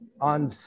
on